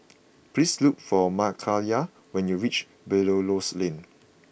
please look for Mckayla when you reach Belilios Lane